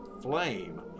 flame